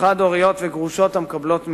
חד-הוריות וגרושות המקבלות מזונות.